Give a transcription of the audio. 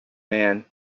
man